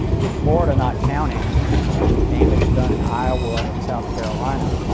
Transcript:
with florida not counting and and the damage done in iowa and south carolina,